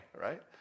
right